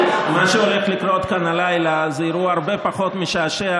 מה שהולך לקרות כאן הלילה זה אירוע הרבה פחות משעשע